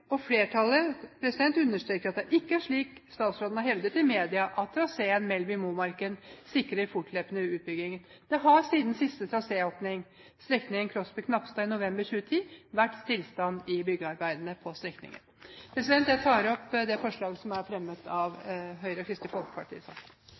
E18. Flertallet understreker at det ikke er slik statsråden har hevdet i media, at traseen Melleby–Momarken sikrer forløpende utbygging. Det har siden siste traséåpning, strekningen Krosby–Knapstad i november 2010, vært stillstand i byggearbeidene på strekningen. Jeg tar opp det forslaget som er fremmet av